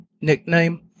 nickname